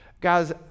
guys